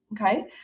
okay